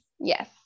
Yes